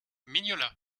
mignola